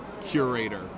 curator